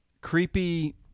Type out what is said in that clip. creepy